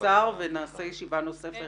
לשר ונקיים ישיבה נוספת